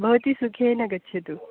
भव्ति सुखेन गच्छतु